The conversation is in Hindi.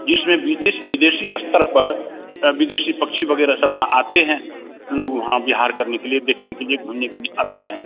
जिसमें विदेश विदेशी स्तर पर विदेश पक्षी वग़ैरह सब वहाँ आते हैं लोग वहाँ बिहार करने के लिए देखने के लिए घूमने के लिए आते हैं